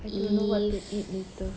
I don't know what to eat later